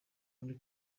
muri